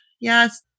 Yes